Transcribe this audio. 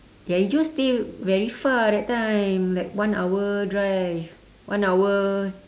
yayi Joe stay very far that time like one hour drive one hour